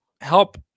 help